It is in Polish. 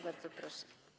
Bardzo proszę.